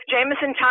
Jamison